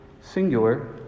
singular